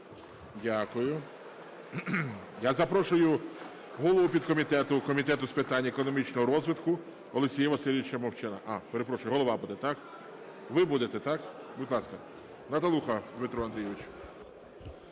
Дякую. Я запрошую голову підкомітету Комітету з питань економічного розвитку Олексія Васильовича Мовчана. Перепрошую, голова буде. Ви будете, так? Будь ласка, Наталуха Дмитро Андрійович.